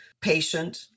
patient